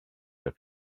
your